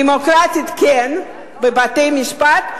דמוקרטית, כן, בבתי-משפט.